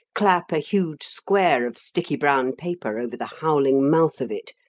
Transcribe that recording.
clap a huge square of sticky brown paper over the howling mouth of it,